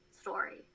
story